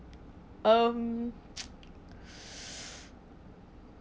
um